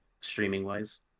streaming-wise